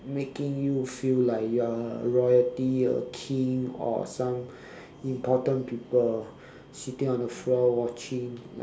making you feel like you are a royalty a king or some important people sitting on the floor watching